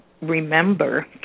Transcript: remember